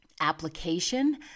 application